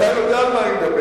אתה יודע על מה אני מדבר.